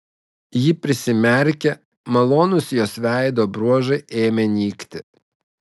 ji prisimerkė malonūs jos veido bruožai ėmė nykti